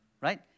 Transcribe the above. right